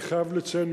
אני חייב לציין,